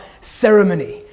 ceremony